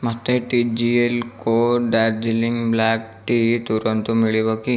ମୋତେ T G L co Darjeeling black tea ତୁରନ୍ତ ମିଳିବ କି